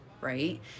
right